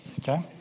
okay